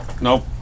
nope